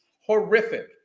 horrific